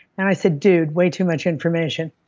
and i said, dude, way too much information.